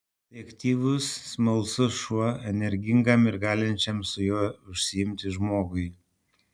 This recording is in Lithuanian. tai aktyvus smalsus šuo energingam ir galinčiam su juo užsiimti žmogui